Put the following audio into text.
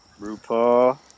RuPaul